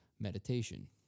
meditation